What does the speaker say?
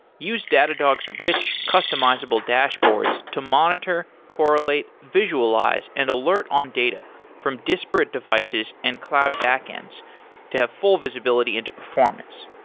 use datadog's rich, customizable dashboards to monitor, correlate, visualize and alert on data from disparate devices and cloud backends to have full visibility into performance.